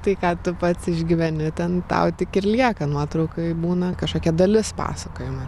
tai ką tu pats išgyveni ten tau tik ir lieka nuotraukoj būna kažkokia dalis pasakojimo